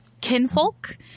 Kinfolk